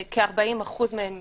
כשכ-40% מהן מצרפת,